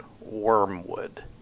Wormwood